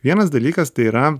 vienas dalykas tai yra